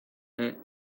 that